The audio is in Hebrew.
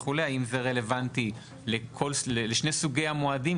האם זה רלוונטי לשני סוגי המועדים?